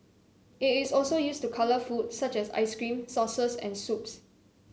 it is also used to colour food such as ice cream sauces and soups